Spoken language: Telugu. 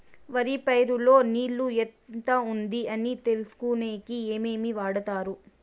వరి పైరు లో నీళ్లు ఎంత ఉంది అని తెలుసుకునేకి ఏమేమి వాడతారు?